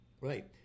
Right